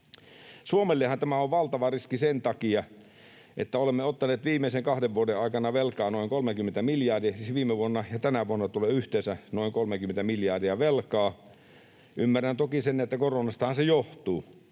Suomellehan tämä on valtava riski sen takia, että olemme ottaneet viimeisen kahden vuoden aikana velkaa noin 30 miljardia — siis viime vuonna ja tänä vuonna tulee yhteensä noin 30 miljardia velkaa. Ymmärrän toki sen, että koronastahan se johtuu,